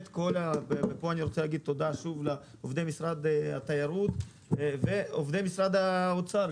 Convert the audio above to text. פה אני רוצה להגיד תודה לעובדי משרד התיירות וגם לעובדי משרד האוצר.